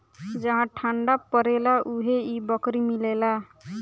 जहा ठंडा परेला उहे इ बकरी मिलेले